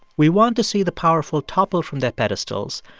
we want to see the powerful topple from their pedestals.